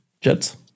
jets